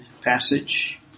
passage